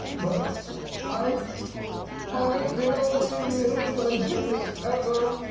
but i haven't been on any real adventures, ever,